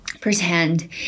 pretend